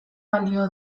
balio